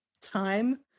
time